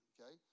Okay